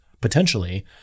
potentially